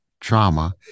trauma